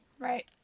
Right